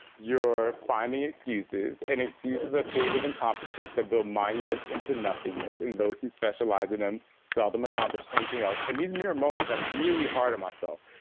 you're finding excuses. and excuses are tools of incompetence that build monuments into nothingness, and those who specialize in them, seldom accomplish anything else. in these mirror moments, i'm really hard on myself.